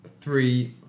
Three